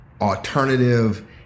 alternative